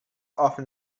often